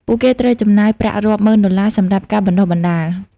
ពួកគេត្រូវចំណាយប្រាក់រាប់ម៉ឺនដុល្លារសម្រាប់ការបណ្ដុះបណ្ដាល។